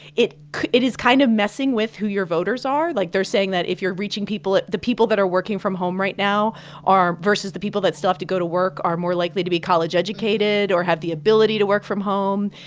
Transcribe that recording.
it it is kind of messing with who your voters are. like, they're saying that if you're reaching people at the people that are working from home right now are versus the people that still have to go to work are more likely to be college educated or have the ability to work from home.